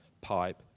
pipe